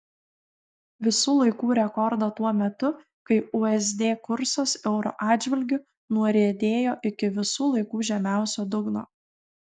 visų laikų rekordą tuo metu kai usd kursas euro atžvilgiu nuriedėjo iki visų laikų žemiausio dugno